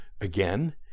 Again